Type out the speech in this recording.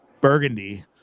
burgundy